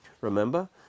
Remember